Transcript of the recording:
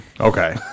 Okay